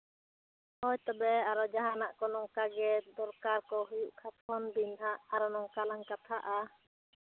ᱦᱳᱭ ᱛᱚᱵᱮ ᱟᱨᱚ ᱡᱟᱦᱟᱱᱟᱜ ᱠᱚ ᱱᱚᱝᱠᱟ ᱜᱮ ᱫᱚᱨᱠᱟᱨ ᱠᱚ ᱦᱩᱭᱩᱜ ᱠᱷᱟᱱ ᱯᱷᱳᱱ ᱵᱤᱱ ᱦᱟᱸᱜ ᱟᱨ ᱱᱚᱝᱠᱟ ᱞᱟᱝ ᱠᱟᱛᱷᱟᱜᱼᱟ